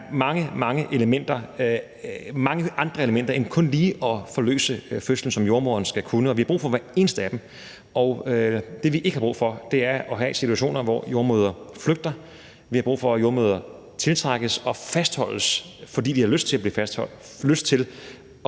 elementer, altså andre elementer end kun lige at forløse fødslen, som jordemoderen skal kunne. Og vi har brug for hver eneste af dem. Det, vi ikke har brug for, er at have situationer, hvor jordemødre flygter. Vi har brug for, at jordemødre tiltrækkes og fastholdes, fordi de har lyst til at blive fastholdt